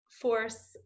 force